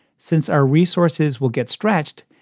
since our resources will get stretched.